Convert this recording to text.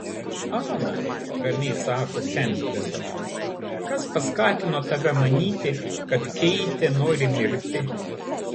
ana ramiai sako kempbelas kas paskatino tave manyti kad keitė nori mirti